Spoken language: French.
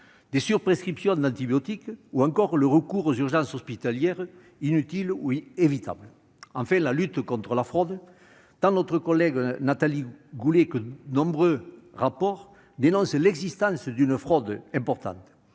des surprescriptions d'antibiotiques ou encore le recours aux urgences hospitalières inutile ou évitable. Enfin, la troisième voie d'économies est la lutte contre la fraude. Tant notre collègue Nathalie Goulet que de nombreux rapports dénoncent l'existence d'une fraude importante.